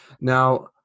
Now